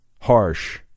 harsh